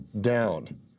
down